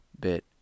bit